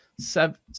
Seven